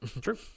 True